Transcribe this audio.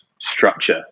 structure